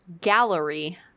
gallery